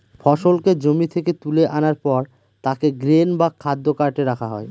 ফসলকে জমি থেকে তুলে আনার পর তাকে গ্রেন বা খাদ্য কার্টে রাখা হয়